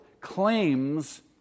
claims